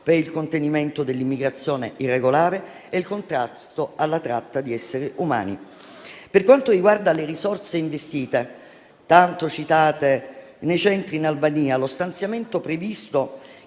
per il contenimento dell'immigrazione irregolare e il contrasto alla tratta di esseri umani. Per quanto riguarda le risorse investite (tanto citate) nei centri in Albania, lo stanziamento previsto,